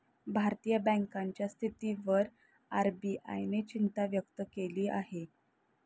भारतीय बँकांच्या स्थितीवर आर.बी.आय ने चिंता व्यक्त केली आहे